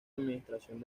administración